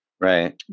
right